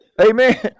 Amen